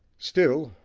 still,